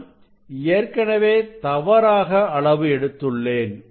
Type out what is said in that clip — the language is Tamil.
நான் ஏற்கனவே தவறாக அளவு எடுத்துள்ளேன்